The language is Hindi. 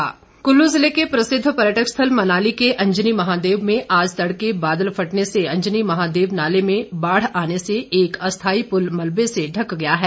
बादल कुल्लू जिले के प्रसिद्ध पर्यटन स्थल मनाली के अंजनि महादेव में आज तडके बादल फटने से अंजनि महादेव नाले में बाढ़ आने से एक अस्थाई पुल मलबे से ढ़क गया है